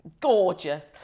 Gorgeous